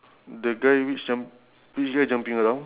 three okay same mm